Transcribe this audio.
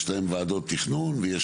יש להם ועדות תכנון.